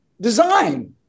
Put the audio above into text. design